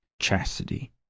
chastity